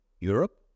Europe